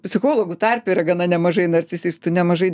psichologų tarpe yra gana nemažai narcisistų nemažai